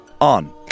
On